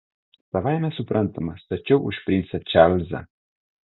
savaime suprantama stačiau už princą čarlzą